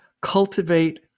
cultivate